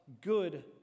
good